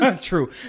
True